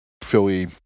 Philly